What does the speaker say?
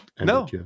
no